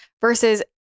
versus